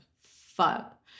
fuck